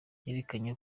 yerekanye